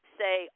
say